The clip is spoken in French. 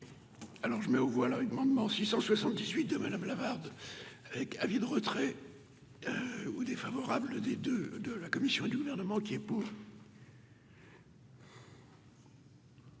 Alors je mets aux voilà une maman 678 de madame Lavarde avec vide retrait ou défavorables des de de la commission du gouvernement qui est pour.